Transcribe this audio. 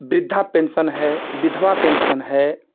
बृद्धा पेंशन है विधवा पेंशन है